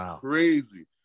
crazy